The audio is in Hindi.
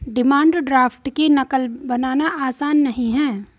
डिमांड ड्राफ्ट की नक़ल बनाना आसान नहीं है